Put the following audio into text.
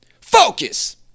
focus